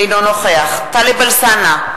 אינו נוכח טלב אלסאנע,